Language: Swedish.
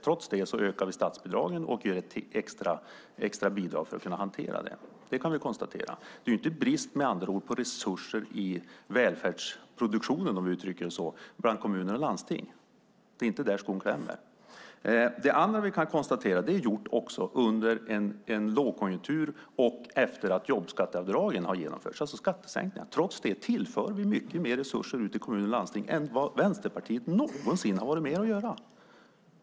Trots det ökar vi statsbidragen och ger ett extra bidrag för att kunna hantera det. Det kan vi konstatera. Det är med andra ord inte brist på resurser i välfärdsproduktionen, om vi uttrycker det så, bland kommuner och landsting. Det är inte där skon klämmer. Det andra vi kan konstatera är att detta är gjort under en lågkonjunktur och efter att jobbskatteavdragen har genomförts, alltså skattesänkningar. Trots det tillför vi mycket mer resurser till kommuner och landsting än vad Vänsterpartiet någonsin har varit med om att göra.